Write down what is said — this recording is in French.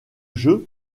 jeu